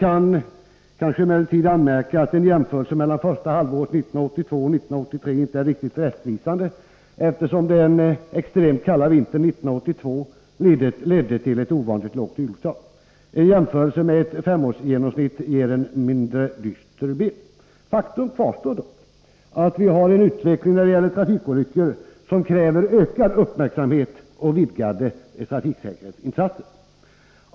Man kan emellertid anmärka att en jämförelse mellan första halvåren 1982 och 1983 inte är riktigt rättvisande, eftersom den extremt kalla vintern 1982 ledde till ett ovanligt lågt olyckstal. En jämförelse med ett femårsgenomsnitt ger en mindre dyster bild. Faktum kvarstår dock att vi har en utveckling när det gäller trafikolyckor som kräver ökad uppmärksamhet och vidgade trafiksäkerhetsinsatser.